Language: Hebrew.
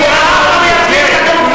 אבכי עליכ בכי.